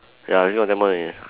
ya we still got ten more minutes